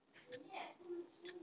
केवल मिट्टी में कौन से फसल होतै?